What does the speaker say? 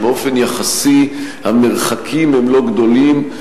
ובאופן יחסי המרחקים הם לא גדולים,